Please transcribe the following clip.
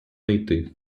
найти